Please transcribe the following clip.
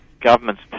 governments